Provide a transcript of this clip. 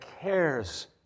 cares